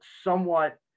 somewhat